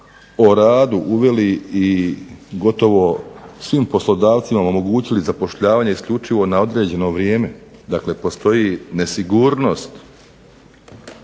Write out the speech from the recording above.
o radu uveli i gotovo svim poslodavcima omogućili zapošljavanje isključivo na određeno vrijeme, dakle postoji nesigurnost